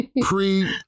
pre